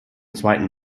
zweiten